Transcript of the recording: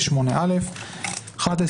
8(א) "11,